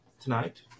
tonight